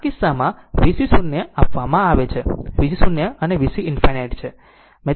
તેથી આ કિસ્સામાં V 0 આપવામાં આવે છે જે V 0 અને VC ∞ છે